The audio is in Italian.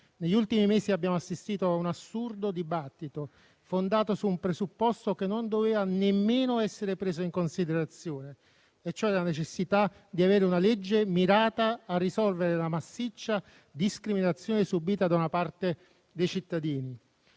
Negli ultimi mesi abbiamo assistito a un assurdo dibattito fondato su un presupposto che non doveva nemmeno essere preso in considerazione, e cioè la necessità di avere una legge mirata a risolvere la massiccia discriminazione subita da una parte dei cittadini.